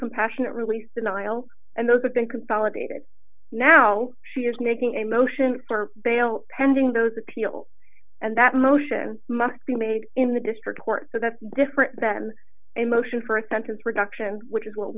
compassionate release denial and those that they could validated now she is making a motion for bail pending those appeals and that motion must be made in the district court so that's different than a motion for expenses reduction which is what